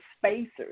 spacers